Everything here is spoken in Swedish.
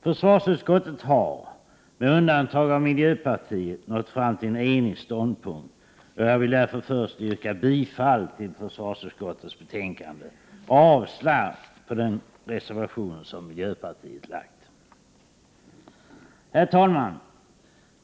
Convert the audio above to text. Försvarsutskottet har — med undantag av miljöpartiets företrädare — nått fram till en enig ståndpunkt, och jag vill därför först yrka bifall till försvarsutskottets hemställan och avslag på den reservation som miljöpartiet avgivit. Herr talman!